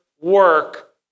work